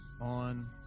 on